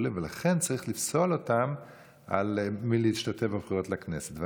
צריך לפסול אותם מלהשתתף בבחירות לכנסת.